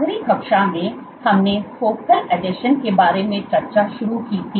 आखिरी कक्षा में हमने फोकल आसंजनों के बारे में चर्चा शुरू की थी